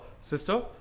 sister